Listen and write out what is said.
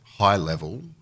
high-level